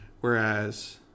Whereas